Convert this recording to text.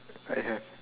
I have